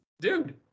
Dude